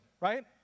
right